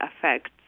affects